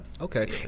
Okay